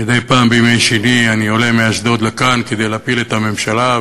מדי פעם בימי שני אני עולה מאשדוד לכאן כדי להפיל את הממשלה,